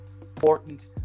important